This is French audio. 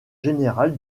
général